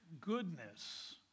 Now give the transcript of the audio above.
goodness